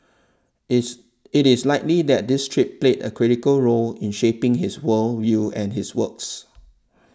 is it is likely that this trip played a critical role in shaping his world view and his works